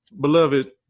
beloved